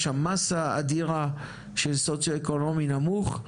בהן מסה אדירה של סוציו-אקונומי נמוך,